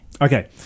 Okay